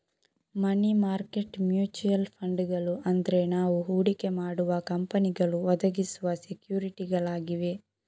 ಮನಿ market mutual ಫಂಡುಗಳು ಅಂದ್ರೆ ನಾವು ಹೂಡಿಕೆ ಮಾಡುವ ಕಂಪನಿಗಳು ಒದಗಿಸುವ ಸೆಕ್ಯೂರಿಟಿಗಳಾಗಿವೆ